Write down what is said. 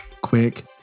quick